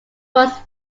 most